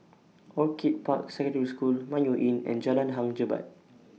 Orchid Park Secondary School Mayo Inn and Jalan Hang Jebat